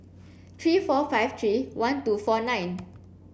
three four five three one two four nine